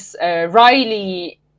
Riley